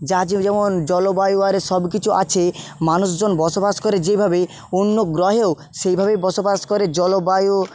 যার যেমন জলবায়ু আরে সব কিছু আছে মানুষজন বসবাস করে যেভাবে অন্য গ্রহেও সেইভাবেই বসবাস করে জলবায়ু